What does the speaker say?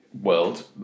world